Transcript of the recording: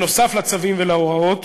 נוסף על צווים והוראות,